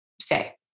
say